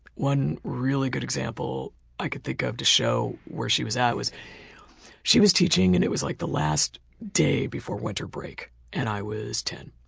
one really good example i could think of to show where she was at she was teaching and it was like the last day before winter break and i was ten.